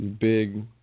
Big